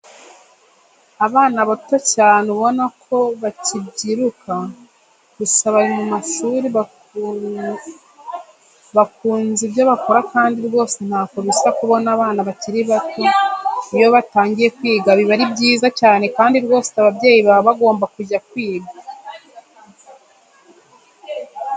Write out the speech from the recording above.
Abana bato cyane ubona ko bakibyiruka, gusa bari mu ishuri bakunze ibyo bakora kandi rwose ntako bisa kubona abana bakiri bato iyo batangiye kwiga biba ari byiza cyane kandi rwose ababyeyi baba bagomba kujya kwiga.